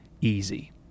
easy